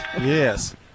Yes